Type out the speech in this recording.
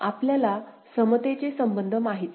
आपल्याला समतेचे संबंध माहित आहे